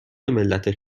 ملت